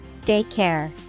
Daycare